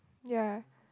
ya